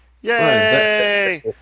Yay